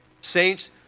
Saints